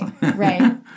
Right